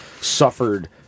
suffered